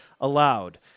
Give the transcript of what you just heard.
allowed